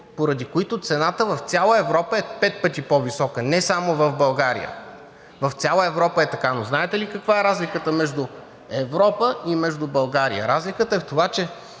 поради които цената в цяла Европа е пет пъти по-висока. Не само в България, в цяла Европа е така. Знаете ли каква е разликата между Европа и България? Разликата е в това, че